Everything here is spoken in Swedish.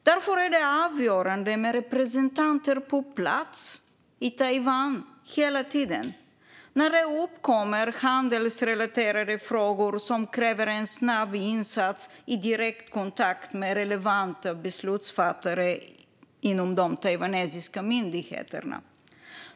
Därför är det avgörande med representanter på plats i Taiwan hela tiden när det uppkommer handelsrelaterade frågor som kräver en snabb insats i direkt kontakt med relevanta beslutsfattare på de taiwanesiska myndigheterna.